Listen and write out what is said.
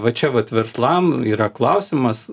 va čia vat verslam yra klausimas